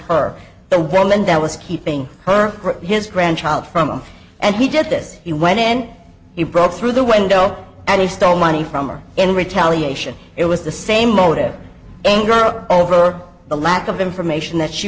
her the woman that was keeping her his grandchild from him and he did this he went in and he broke through the window and he stole money from or in retaliation it was the same motive anger over the lack of information that she